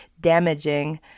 damaging